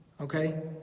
okay